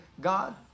God